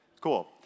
Cool